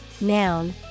noun